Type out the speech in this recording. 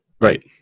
right